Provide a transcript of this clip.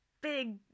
big